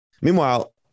Meanwhile